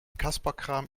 kasperkram